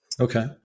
Okay